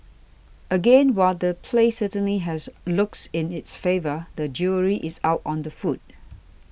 again while the place certainly has looks in its favour the jury is out on the food